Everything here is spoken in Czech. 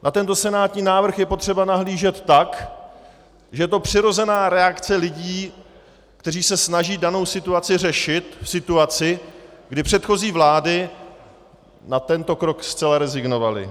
Na tento senátní návrh je potřeba nahlížet tak, že je to přirozená reakce lidí, kteří se snaží danou situaci řešit v situaci, kdy předchozí vlády na tento krok zcela rezignovaly.